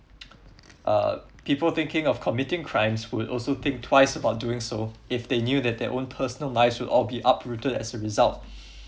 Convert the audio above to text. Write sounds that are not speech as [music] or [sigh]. [noise] uh people thinking of committing crimes also think twice about doing so if they knew that they're own personal lives would be uprooted as a result [breath]